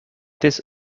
this